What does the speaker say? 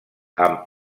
amb